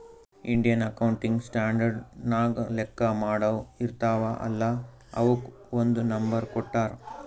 Indian accounting standard ನಾಗ್ ಲೆಕ್ಕಾ ಮಾಡಾವ್ ಇರ್ತಾವ ಅಲ್ಲಾ ಅವುಕ್ ಒಂದ್ ನಂಬರ್ ಕೊಟ್ಟಾರ್